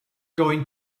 going